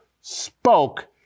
spoke